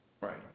Right